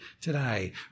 today